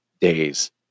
days